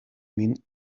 min